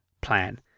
plan